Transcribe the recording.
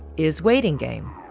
is waiting game